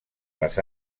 les